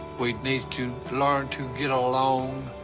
we need to learn to get along,